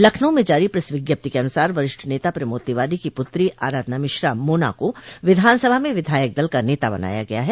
लखनऊ में जारी प्रेस विज्ञप्ति के अनुसार वरिष्ठ नेता प्रमोद तिवारी की पूत्री आराधना मिश्रा मोना को विधानसभा में विधायक दल केा नेता बनाया गया है